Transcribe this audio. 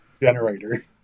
generator